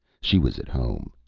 she was at home.